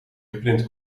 geprint